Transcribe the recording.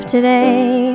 today